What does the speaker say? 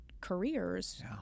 careers